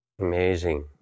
Amazing